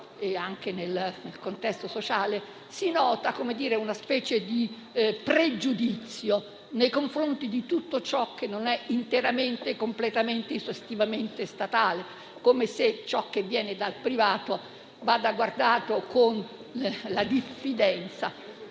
e nel contesto sociale si nota una specie di pregiudizio nei confronti di tutto ciò che non è interamente, completamente ed esaustivamente statale, come se ciò che viene dal privato vada guardato con diffidenza.